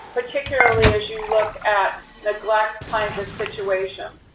particularly as you look at neglect kinds of situations.